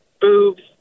boobs